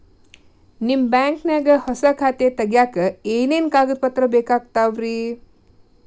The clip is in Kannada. ನಿಮ್ಮ ಬ್ಯಾಂಕ್ ನ್ಯಾಗ್ ಹೊಸಾ ಖಾತೆ ತಗ್ಯಾಕ್ ಏನೇನು ಕಾಗದ ಪತ್ರ ಬೇಕಾಗ್ತಾವ್ರಿ?